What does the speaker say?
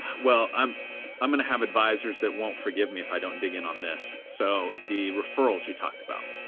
well, i'm i'm going to have advisors that won't forgive me if i don't dig in on this. so the referrals you talked about,